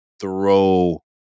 throw